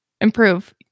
improve